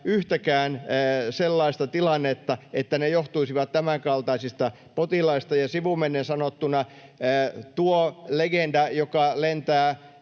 yhtäkään sellaista tilannetta, että ne johtuisivat tämänkaltaisista potilaista. Sivumennen sanottuna tuo legenda, joka lentää